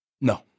No